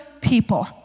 people